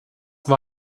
war